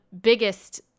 biggest